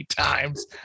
times